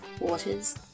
waters